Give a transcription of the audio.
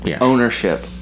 ownership